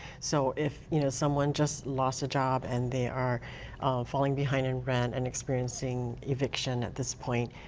so if you know someone just lost a job and they are falling behind in rent, and experiencing eviction at this point,